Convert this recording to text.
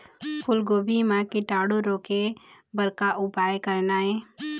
फूलगोभी म कीटाणु रोके बर का उपाय करना ये?